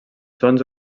sons